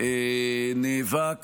שאני נאבק